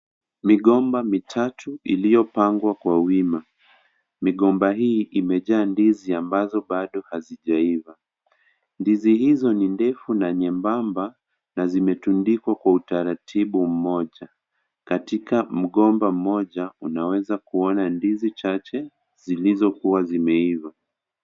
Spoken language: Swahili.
Migomba mitatu iliyopangwa kwa wima migomba hii imejaa ndizi ambazo bado hazijaiva, ndizi hizo ni ndefu na nyebamba na zimetundikwa kwa utaratibu mmoja katika mgomba moja unaweza kuona ndizi chache zilizokuwa zimeiva.